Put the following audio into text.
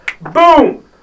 Boom